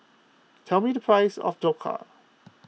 tell me the price of Dhokla